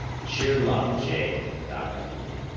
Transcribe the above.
sheer luck, jake, doc repeated.